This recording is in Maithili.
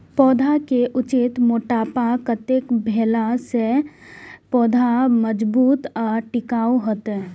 पौधा के उचित मोटापा कतेक भेला सौं पौधा मजबूत आर टिकाऊ हाएत?